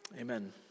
Amen